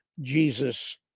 Jesus